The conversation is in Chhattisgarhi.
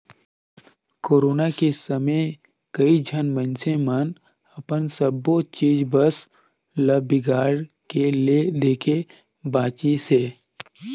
कोरोना के समे कइझन मइनसे मन अपन सबो चीच बस ल बिगाड़ के ले देके बांचिसें